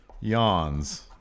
yawns